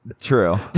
True